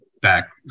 back